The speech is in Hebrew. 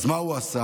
אז מה הוא עשה?